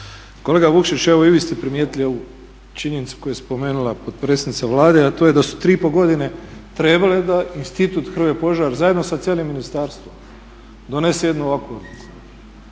Kolega Vukšić evo i vi ste primijetili ovu činjenicu koju je spomenula potpredsjednica Vlade, a to je da su 3,5 godine trebale da Institut "Hrvoje Požar" zajedno sa cijelim ministarstvom donese jednu ovakvu